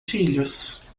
filhos